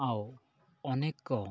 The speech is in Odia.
ଆଉ ଅନେକ